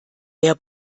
der